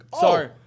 sorry